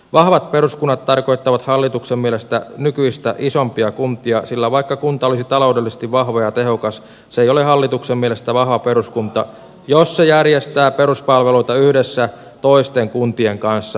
vahvat peruskunnat tarkoittavat hallituksen mielestä nykyistä isompia kuntia sillä vaikka kunta olisi taloudellisesti vahva ja tehokas se ei ole hallituksen mielestä vahva peruskunta jos se järjestää peruspalveluita yhdessä toisten kuntien kanssa